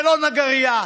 ולא נגרייה,